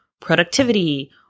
productivity